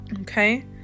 Okay